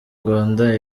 rwanda